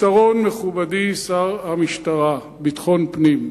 מכובדי השר לביטחון פנים,